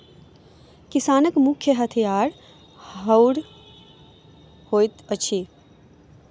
किसानक मुख्य हथियार हअर होइत अछि